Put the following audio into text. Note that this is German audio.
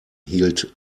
hielt